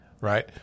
right